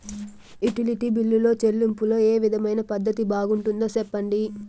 Utility బిల్లులో చెల్లింపులో ఏ విధమైన పద్దతి బాగుంటుందో సెప్పండి?